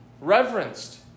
reverenced